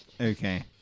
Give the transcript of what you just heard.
Okay